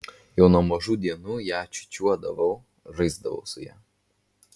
jau nuo mažų dienų ją čiūčiuodavau žaisdavau su ja